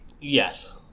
Yes